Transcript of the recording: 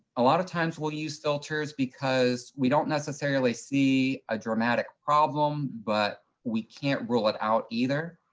a lot of times we'll use filters, because we don't necessarily see a dramatic problem, but we can't rule it out either,